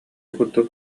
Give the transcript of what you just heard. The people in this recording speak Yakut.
курдук